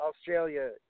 Australia